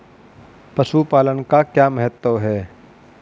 पशुपालन का क्या महत्व है?